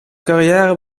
carrière